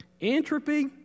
entropy